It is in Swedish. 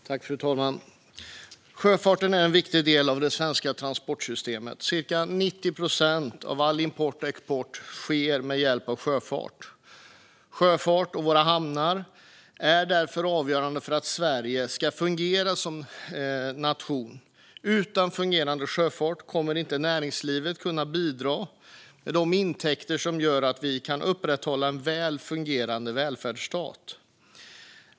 Fru talman! Sjöfarten är en viktig del av det svenska transportsystemet. Cirka 90 procent av all import och export sker med hjälp av sjöfart. Sjöfarten och våra hamnar är därför avgörande för att Sverige ska fungera som nation. Utan fungerande sjöfart kommer inte näringslivet att kunna bidra med de intäkter som gör att vi kan upprätthålla en väl fungerande välfärdsstat.